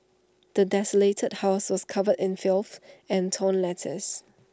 the desolated house was covered in filth and torn letters